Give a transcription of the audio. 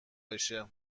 بشه